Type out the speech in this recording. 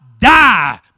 die